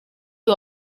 uyu